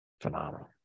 phenomenal